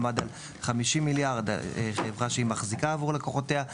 שעמד על 50 מיליארד לחברה שהיא מחזיקה עבור לקוחותיה.